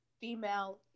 female